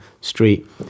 street